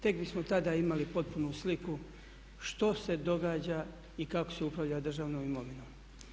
Tek bismo tada imali potpunu sliku što se događa i kako se upravlja državnom imovinom.